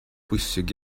bwysig